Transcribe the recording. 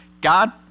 God